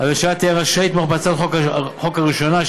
הממשלה תהיה רשאית לתמוך בהצעות החוק בקריאה ראשונה,